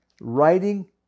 writing